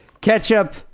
Ketchup